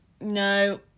No